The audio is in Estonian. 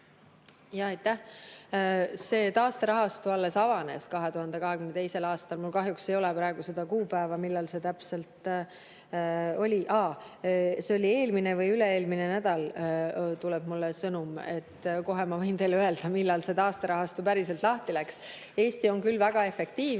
Jaa, aitäh! See taasterahastu avanes alles 202[3.] aastal. Mul kahjuks ei ole praegu seda kuupäeva, millal see täpselt oli. Aa, see oli eelmine või üle-eelmine nädal. Mulle tuleb sõnum, ma võin kohe teile öelda, millal see taasterahastu päriselt lahti läks. Eesti on küll väga efektiivne,